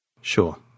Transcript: Sure